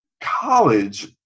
College